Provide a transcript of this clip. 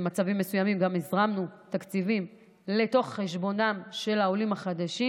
במצבים מסוימים גם הזרמנו תקציבים לתוך חשבונם של העולים החדשים,